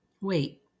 Wait